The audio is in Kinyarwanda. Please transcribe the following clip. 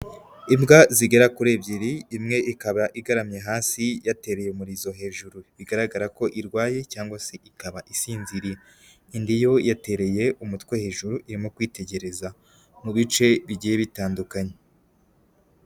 Imbwa zigera kuri ebyiri, imwe ikaba igaramye hasi yatereye umurizo hejuru, bigaragara ko irwaye cyangwa se ikaba isinziriye, indi yo yatereye umutwe hejuru irimo kwitegereza mu bice bigiye bitandukanye.